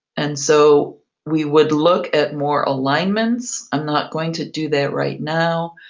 and so we would look at more alignments. i'm not going to do that right now,